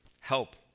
help